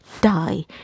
die